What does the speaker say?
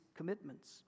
Commitments